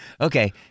okay